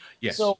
Yes